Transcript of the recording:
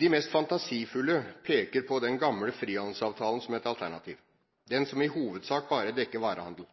De mest fantasifulle peker på den gamle frihandelsavtalen som et alternativ – den som i hovedsak bare dekket varehandel.